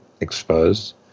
exposed